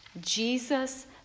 Jesus